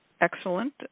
excellent